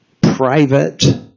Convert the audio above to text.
private